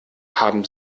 haben